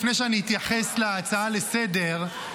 לפני שאני אתייחס להצעה לסדר-היום,